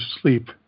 sleep